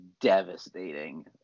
devastating